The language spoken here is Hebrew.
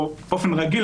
או באופן רגיל,